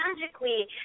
magically